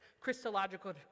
Christological